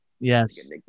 Yes